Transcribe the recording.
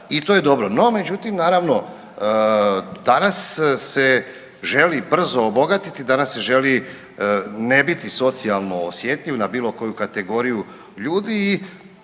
i to je dobro. No, međutim naravno danas se želi brzo obogatiti, danas se želi ne biti socijalno osjetljiv na bilo koju kategoriju ljudi